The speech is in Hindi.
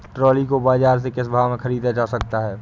ट्रॉली को बाजार से किस भाव में ख़रीदा जा सकता है?